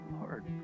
Lord